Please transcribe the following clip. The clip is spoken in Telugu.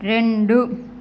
రెండు